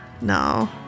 no